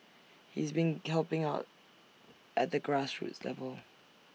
he's been helping out at the grassroots level